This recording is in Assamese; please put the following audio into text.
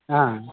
অঁ